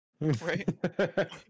Right